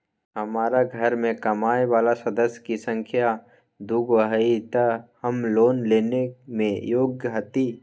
हमार घर मैं कमाए वाला सदस्य की संख्या दुगो हाई त हम लोन लेने में योग्य हती?